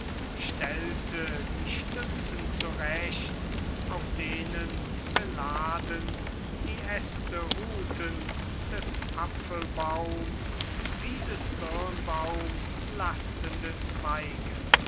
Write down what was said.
stellte die stützen zurecht auf denen beladen die äste ruhten des apfelbaums wie des birnbaums lastende zweige